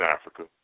Africa